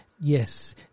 Yes